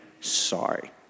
sorry